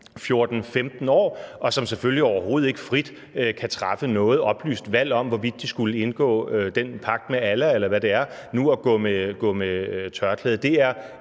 14-15 år, og som selvfølgelig overhovedet ikke frit kan træffe noget oplyst valg om, hvorvidt de skulle indgå den pagt med Allah, eller hvad det er, om nu at gå med tørklæde. Det er